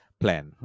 plan